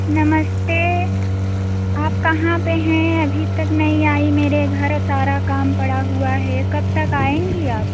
नमस्ते आप कहाँ पर हैं अभी तक नहीं आई मेरे घर सारा काम पड़ा हुआ है कब तक आएँगी आप